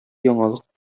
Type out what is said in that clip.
яңалык